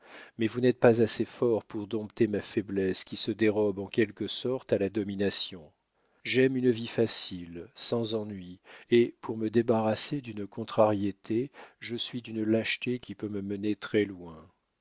mais vous n'êtes pas assez forts pour dompter ma faiblesse qui se dérobe en quelque sorte à la domination j'aime une vie facile sans ennuis et pour me débarrasser d'une contrariété je suis d'une lâcheté qui peut me mener très-loin